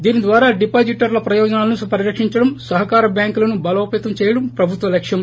దీనిద్వారా డిపాజిటర్ల ప్రయోజనాలను పరిరక్షించడం సహకార బ్యాంకులను బలోపతం చేయడం ప్రభుత్వ లక్ష్యం